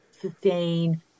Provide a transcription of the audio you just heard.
sustain